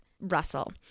Russell